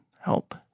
help